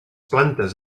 plantes